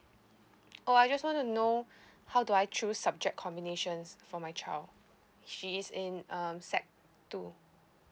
oh I just want to know how do I choose subject combinations for my child she is in um sec two